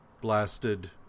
blasted